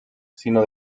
sino